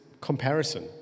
comparison